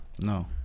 No